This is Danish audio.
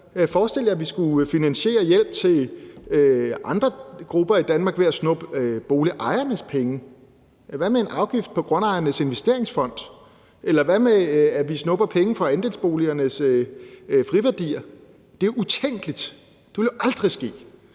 forestil jer, at vi skulle finansiere hjælp til andre grupper i Danmark ved at snuppe boligejernes penge. Hvad med en afgift på Grundejernes Investeringsfond? Eller hvad med, at vi snupper penge fra andelsboligernes friværdier? Det er utænkeligt. Det ville jo aldrig ske.